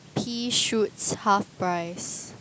Pea shoots half price